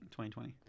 2020